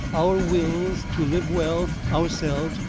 our wills to live well, ourselves,